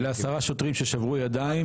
ול-10 שוטרים ששברו ידיים.